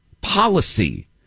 policy